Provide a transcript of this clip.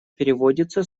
переводится